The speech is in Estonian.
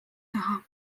taha